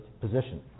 position